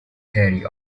theory